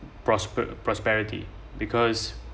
prosper~ prosperity because